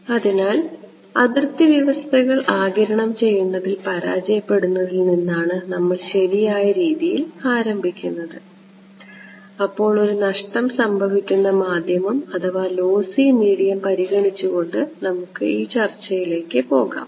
അതിനാൽ അതിർത്തി വ്യവസ്ഥകൾ ആഗിരണം ചെയ്യുന്നതിൽ പരാജയപ്പെടുന്നതിൽ നിന്നാണ് നമ്മൾ ശരിയായ രീതിയിൽ ആരംഭിക്കുന്നത് അതിനാൽ ഒരു നഷ്ടം സംഭവിക്കുന്ന മാധ്യമം പരിഗണിച്ചുകൊണ്ട് നമുക്ക് ഈ ചർച്ചയിലേക്ക് പോകാം